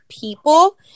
people